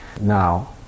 now